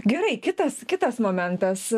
gerai kitas kitas momentas